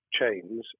chains